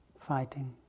fighting